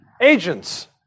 agents